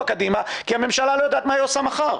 קדימה כי הממשלה לא יודעת מה היא עושה מחר.